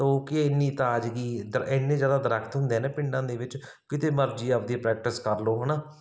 ਤੋਂ ਕਿ ਇੰਨੀ ਤਾਜ਼ਗੀ ਦਾ ਇੰਨੇ ਜ਼ਿਆਦਾ ਦਰੱਖਤ ਹੁੰਦੇ ਨੇ ਪਿੰਡਾਂ ਦੇ ਵਿੱਚ ਕਿਤੇ ਮਰਜ਼ੀ ਆਪਦੀ ਪ੍ਰੈਕਟਿਸ ਕਰ ਲਓ ਹੈ ਨਾ